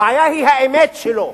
הבעיה היא האמת שלו,